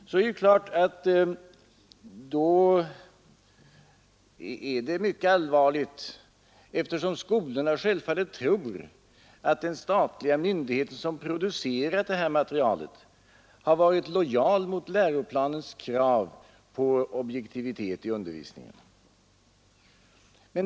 Detta är naturligtvis mycket allvarligt eftersom skolorna självfallet tror att den statliga myndighet som producerat detta material varit lojal mot läroplanens krav på objektivitet i undervisningen.